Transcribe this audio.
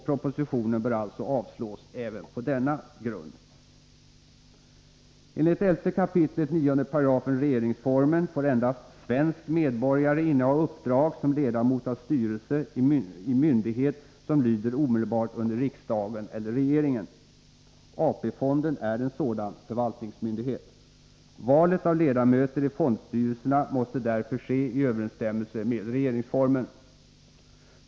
Propositionen bör alltså avslås även på denna grund. riksdagen eller regeringen. AP-fonden är en sådan förvaltningsmyndighet. Valet av ledamöter i fondstyrelserna måste därför ske i överensstämmelse med regeringsformen.